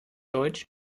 deutsch